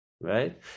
Right